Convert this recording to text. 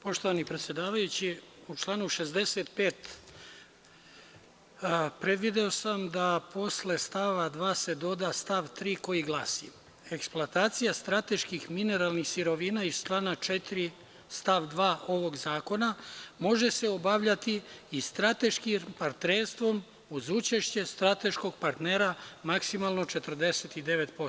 Poštovani predsedavajući u članu 65. predvideo sam da posle stava 2. se doda stav 3. koji glasi – eksploatacija strateških mineralnih sirovina iz člana 4. stav 2. ovog zakona može se obavljati i strateškim partnerstvom uz učešće strateškog partnera maksimalno 49%